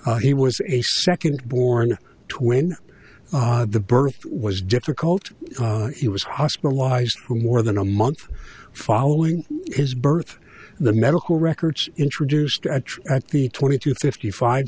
he was second born when the birth was difficult he was hospitalized for more than a month following his birth the medical records introduced at the twenty two fifty five